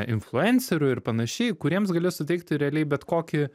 influencerių ir panašiai jiems gali suteikti realiai bet kokį